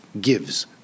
gives